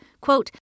Quote